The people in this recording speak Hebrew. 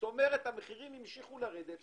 זאת אומרת, המחירים המשיכו לרדת.